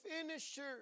finisher